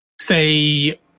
say